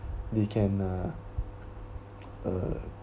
they can uh uh